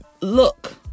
look